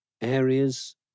areas